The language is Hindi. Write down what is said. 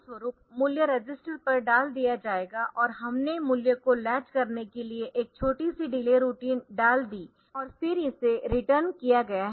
परिणामस्वरूप मूल्य रजिस्टर पर डाल दिया जाएगा और हमने मूल्य को लैच करने के लिए एक छोटी सी डिले रूटीन डाल दी और फिर इसे रीटर्न किया गया है